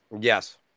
Yes